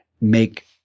make